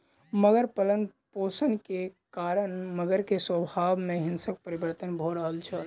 मगर पालनपोषण के कारण मगर के स्वभाव में हिंसक परिवर्तन भ रहल छल